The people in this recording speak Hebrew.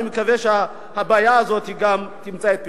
אני מקווה שגם הבעיה הזאת תמצא את פתרונה.